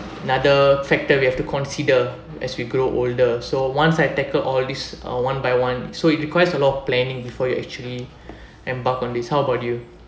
another factor we have to consider as we grow older so once I tackle all these uh one by one so it requires a lot of planning before you actually embarked on this how about you